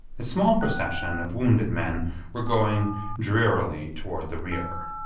a small procession of wounded men were going drearily toward the rear.